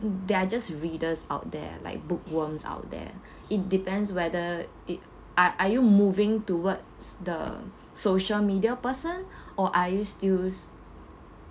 there are just readers out there like book worms out there it depends whether it are are you moving towards the social media person or are you still